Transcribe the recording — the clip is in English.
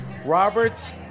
Robert's